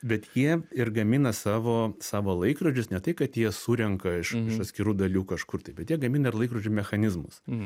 bet jie ir gamina savo savo laikrodžius ne tai kad jie surenka iš iš atskirų dalių kažkur tai bet jie gamina ir laikrodžių mechanizmus